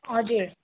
हजुर